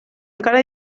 encara